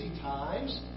times